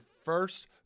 first